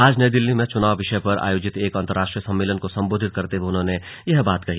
आज नई दिल्ली में चुनाव विषय पर आयोजित एक अन्तर्राष्ट्रीय सम्मेलन को सम्बोधित करते हुए उन्होंने यह बात कही